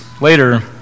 later